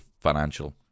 financial